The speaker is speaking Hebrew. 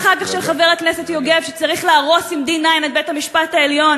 מאיפה את מביאה את הדברים ההזויים האלה?